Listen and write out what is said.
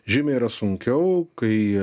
žymiai yra sunkiau kai